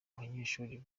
banyeshuri